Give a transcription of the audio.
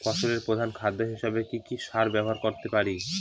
ফসলের প্রধান খাদ্য হিসেবে কি কি সার ব্যবহার করতে পারি?